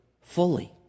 fully